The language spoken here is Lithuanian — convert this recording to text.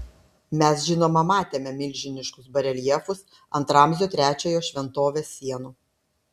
mes žinoma matėme milžiniškus bareljefus ant ramzio trečiojo šventovės sienų